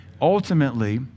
Ultimately